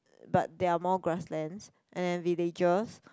but there are more grass lands and then villages